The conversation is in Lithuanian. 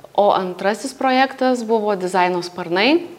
o antrasis projektas buvo dizaino sparnai